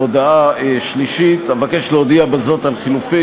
הודעה שלישית: אבקש להודיע בזה על חילופי